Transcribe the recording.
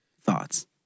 thoughts